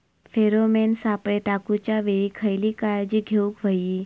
Pheromone सापळे टाकूच्या वेळी खयली काळजी घेवूक व्हयी?